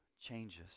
changes